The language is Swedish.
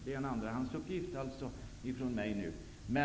Jag kommer nu alltså med en andrahandsuppgift.